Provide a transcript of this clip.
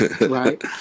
Right